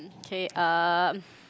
k uh